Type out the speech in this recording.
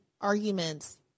arguments